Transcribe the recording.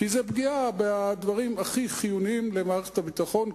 כי זו פגיעה בדברים הכי חיוניים למערכת הביטחון,